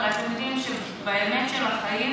הרי אתם יודעים שבאמת של החיים,